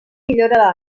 millora